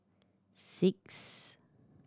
six